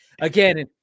Again